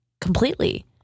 completely